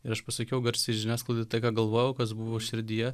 ir aš pasakiau garsiai žiniasklaidai tai ką galvojau kas buvo širdyje